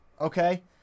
Okay